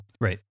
Right